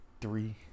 three